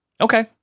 Okay